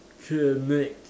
clinic